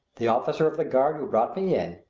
the officer of the guard who brought me in,